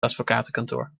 advocatenkantoor